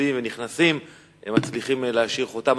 עובדים ונכנסים הם מצליחים להשאיר חותם.